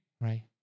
right